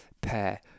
pair